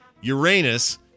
Uranus